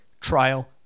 trial